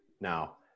now